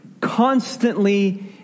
constantly